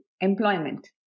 employment